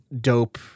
dope